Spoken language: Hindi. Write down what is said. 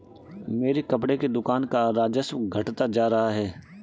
मेरी कपड़े की दुकान का राजस्व घटता जा रहा है